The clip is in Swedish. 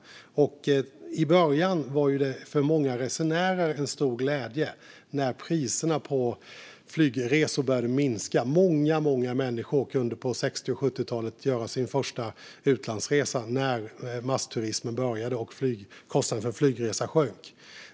I början var det för många resenärer en stor glädje när priserna på flygresor började minska. Många människor kunde på 60 och 70-talen göra sin första utlandsresa när massturismen började och kostnaderna för en flygresa sjönk.